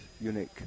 unique